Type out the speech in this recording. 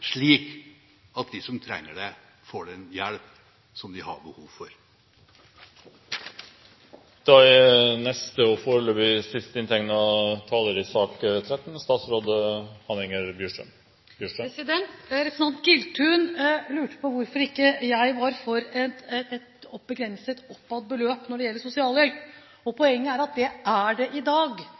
slik at de som trenger det, får den hjelp som de har behov for. Representanten Giltun lurte på hvorfor ikke jeg var for et beløp begrenset oppad når det gjelder sosialhjelp. Poenget er at det er det i dag.